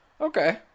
Okay